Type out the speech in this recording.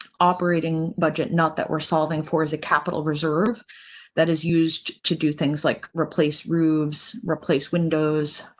operating budget, not that we're solving for as a capital reserve that is used to do things like replace rooms, replace windows,